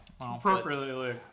Appropriately